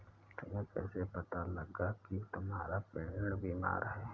तुम्हें कैसे पता लगा की तुम्हारा पेड़ बीमार है?